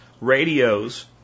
radios